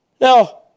Now